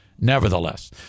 Nevertheless